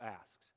asks